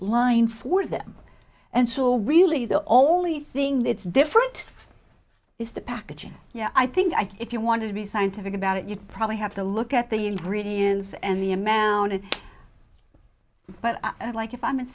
line for them and so really the only thing that's different is the packaging yeah i think if you want to be scientific about it you probably have to look at the ingredients and the amount of but i like if i'm